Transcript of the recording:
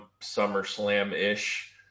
SummerSlam-ish